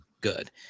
good